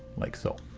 like so.